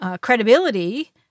credibility